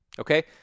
okay